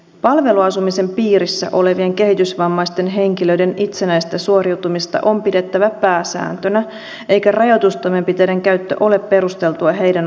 palveluasumisen piirissä olevien kehitysvammaisten henkilöiden itsenäistä suoriutumista on pidettävä pääsääntönä eikä rajoitustoimenpiteiden käyttö ole perusteltua heidän osaltaan